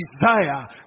desire